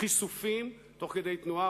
חישופים תוך כדי תנועה,